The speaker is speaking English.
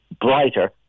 brighter